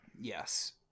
Yes